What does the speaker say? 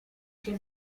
się